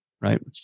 Right